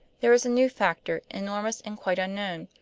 there is a new factor, enormous and quite unknown.